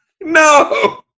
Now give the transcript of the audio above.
No